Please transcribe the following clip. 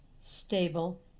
stable